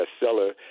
bestseller